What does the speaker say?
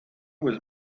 was